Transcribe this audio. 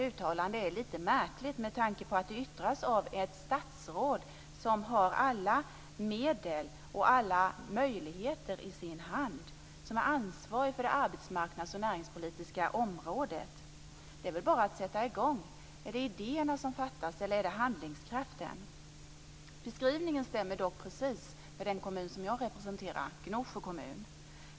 Uttalandet är dock lite märkligt med tanke på att det yttras av ett statsråd som har alla medel och möjligheter i sin hand och som är ansvarig för arbetsmarknads och näringspolitiska området. Är det idéerna som fattas eller är det handlingskraften? Beskrivningen stämmer precis på Gnosjö kommun som jag representerar.